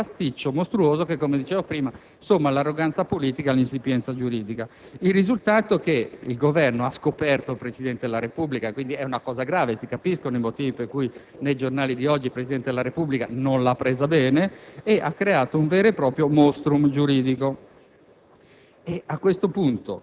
dal punto di vista contabile dovrebbero essere entrambi pagati. Dal punto di vista giuridico, è stato fatto un pasticcio mostruoso che, come ho già detto, somma l'arroganza politica all'insipienza giuridica. Come risultato, il Governo ha scoperto il Presidente della Repubblica, il che è un fatto grave e si capiscono i motivi per cui nei giornali di oggi leggiamo che il Presidente della Repubblica non l'abbia presa bene,